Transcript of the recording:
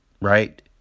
right